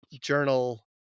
journal